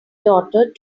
daughter